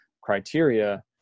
criteria